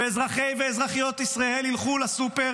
ואזרחי ואזרחיות ישראל ילכו לסופר,